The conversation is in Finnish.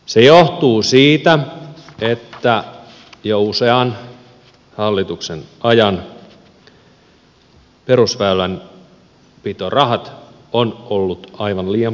se johtuu siitä että jo usean hallituksen ajan perusväylänpitorahat ovat olleet aivan liian pieniä